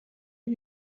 are